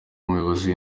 umuyobozi